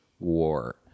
War